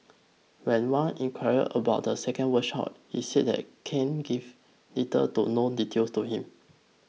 when Wan inquired about the second workshop he said that Ken gave little to no details to him